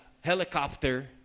helicopter